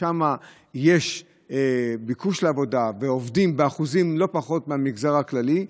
ששם יש ביקוש לעבודה ועובדים באחוזים לא פחות מהמגזר הכללי,